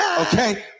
okay